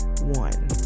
one